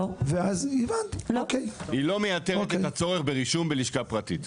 היא לא מייתרת את הצורך ברישום בלשכה פרטית.